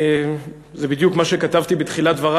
זה בדיוק מה שכתבתי בתחילת דברי.